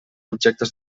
objectes